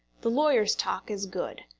the lawyer's talk is good.